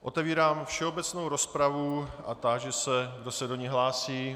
Otevírám všeobecnou rozpravu a táži se, kdo se do ní hlásí.